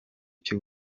cy’u